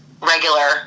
regular